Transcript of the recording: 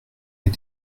est